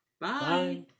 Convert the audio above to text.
Bye